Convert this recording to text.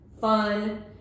fun